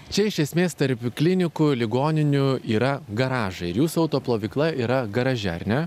čia iš esmės tarp klinikų ligoninių yra garažai ir jūsų auto plovykla yra garaže ar ne